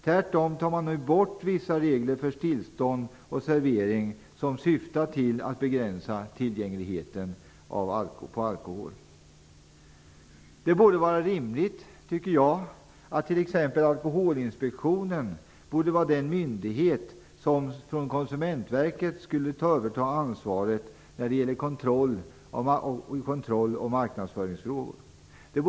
Tvärtom tar man nu bort vissa regler för tillstånd och servering som syftar till att begränsa tillgängligheten till alkohol. Det vore rimligt, tycker jag, att t.ex. Alkoholinspektionen övertog ansvaret från Konsumentverket när det gäller kontroll och marknadsföringsfrågor.